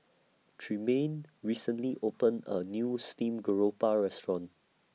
Tremaine recently opened A New Steamed Garoupa Restaurant